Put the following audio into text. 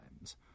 times